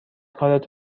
کارت